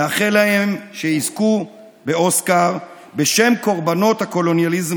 אני מאחל להם שיזכו באוסקר בשם קורבנות הקולוניאליזם